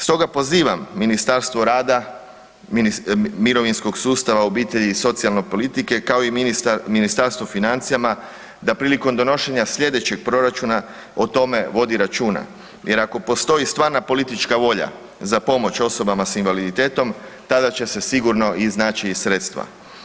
Stoga pozivam Ministarstvo rada, mirovinskog sustava, obitelji i socijalne politike kao i Ministarstvo financija da prilikom donošenja slijedećeg proračuna o tome vodi računa jer ako postoji stvarna politička volja za pomoć osobama s invaliditetom tada će se sigurno iznaći i sredstva.